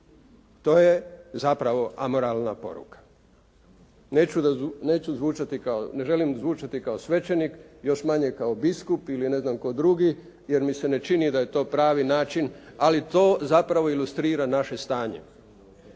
To je zapravo amoralna poruka. Neću zvučati kao, ne želim zvučati kao svećenik, još manje kao biskup, ili ne znam tko drugi jer mi se ne čini da je to pravi način, ali to zapravo ilustrira naše stanje.